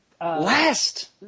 Last